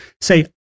say